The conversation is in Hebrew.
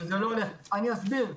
אני אסביר.